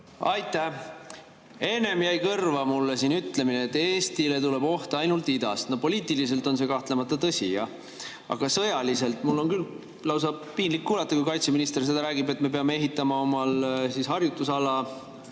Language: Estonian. Aitäh! Enne jäi siin mulle kõrva ütlemine, et Eestile tuleb oht ainult idast. Poliitiliselt on see kahtlemata tõsi, jah. Aga sõjaliselt mul on küll lausa piinlik kuulata, kui kaitseminister seda räägib, et me peame ehitama oma harjutusala